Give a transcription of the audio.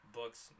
books